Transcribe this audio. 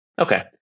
okay